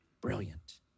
Brilliant